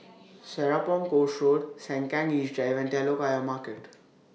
Serapong Course Road Sengkang East Drive and Telok Ayer Market